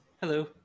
Hello